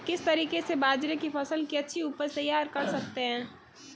किस तरीके से बाजरे की फसल की अच्छी उपज तैयार कर सकते हैं?